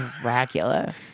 dracula